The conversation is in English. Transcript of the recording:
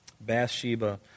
Bathsheba